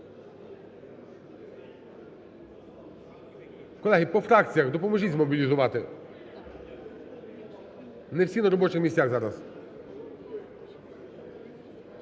Колеги, по фракціях допоможіть змобілізувати. Не всі на робочих місцях зараз.